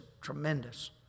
tremendous